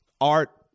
art